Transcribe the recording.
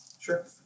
Sure